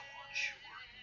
unsure